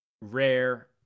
rare